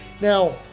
Now